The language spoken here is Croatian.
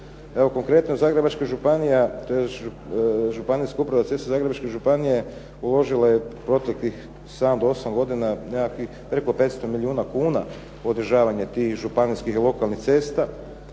konkretno Zagrebačka županija tj. županijska uprava cesta Zagrebačke županije uložila je u proteklih 7 do 8 godina nekakvih preko 500 milijuna kuna u održavanje tih županijskih i lokalnih cesta,